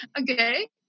okay